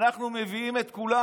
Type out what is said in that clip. אנחנו מביאים את כולם.